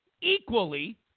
equally